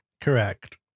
Correct